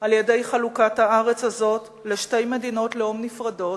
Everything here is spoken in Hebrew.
על-ידי חלוקת הארץ הזאת לשתי מדינות לאום נפרדות,